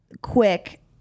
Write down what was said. quick